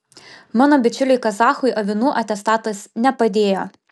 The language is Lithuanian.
mano bičiuliui kazachui avinų atestatas nepadėjo